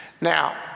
Now